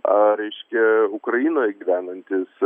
a reiškia ukrainoje gyvenantys